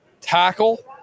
tackle